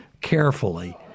carefully